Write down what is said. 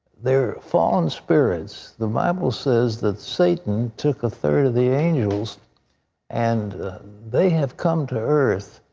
they're fallen spirits. the bible says that satan took a third of the angels and they have come to earth.